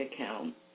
account